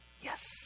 Yes